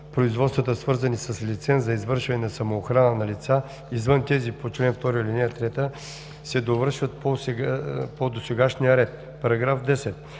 производствата, свързани с лиценз за извършване на самоохрана на лица, извън тези по чл. 2, ал. 3, се довършват по досегашния ред.“ По § 10